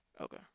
Okay